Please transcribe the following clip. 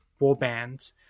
warband